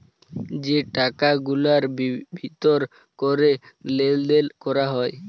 যে টাকা গুলার ভিতর ক্যরে লেলদেল ক্যরা হ্যয়